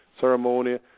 ceremony